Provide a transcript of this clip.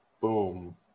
boom